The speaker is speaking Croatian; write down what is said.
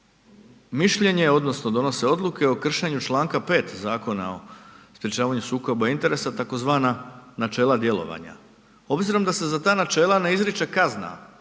mišljenje odnosno donose odluke o kršenju čl. 5 Zakona o sprječavanju sukoba interesa, tzv. načela djelovanja obzirom da se za ta načela ne izriče kazna,